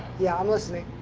yeah, i'm listening.